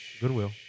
Goodwill